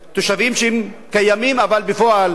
תושבים שקיימים, אבל בפועל,